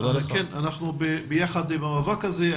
אנחנו ביחד במאבק הזה.